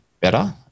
better